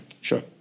Sure